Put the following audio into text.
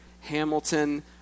Hamilton